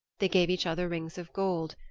they gave each other rings of gold.